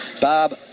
Bob